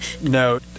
No